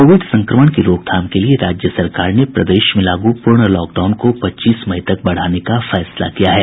Covid संक्रमण की रोकथाम के लिये राज्य सरकार ने प्रदेश में लागू पूर्ण लॉकडाउन को पच्चीस मई तक बढ़ाने का फैसला किया है